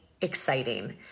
exciting